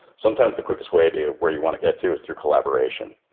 sometimes the quickest way to where you want to get to is through collaboration.